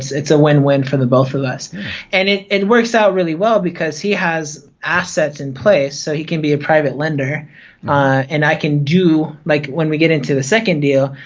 it's a win-win for the both of us and it and works out really well because he has assets in place so he can be a private lender and i can do, like when we get into the second deal,